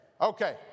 Okay